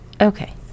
Okay